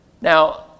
Now